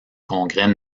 congrès